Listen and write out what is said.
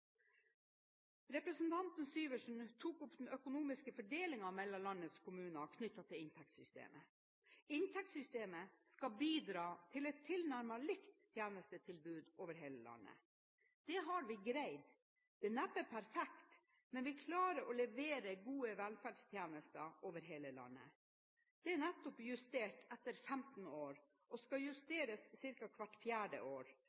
Representanten Syversen tok opp den økonomiske fordelingen mellom landets kommuner knyttet til inntektssystemet. Inntektssystemet skal bidra til et tilnærmet likt tjenestetilbud over hele landet. Det har vi greid. Det er neppe perfekt, men vi klarer å levere gode velferdstjenester over hele landet. Det er nettopp justert etter 15 år og skal justeres ca. hvert fjerde år.